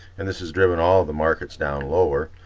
and this is driven all the markets down lower.